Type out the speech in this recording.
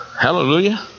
Hallelujah